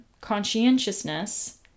conscientiousness